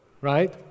right